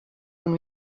when